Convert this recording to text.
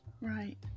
Right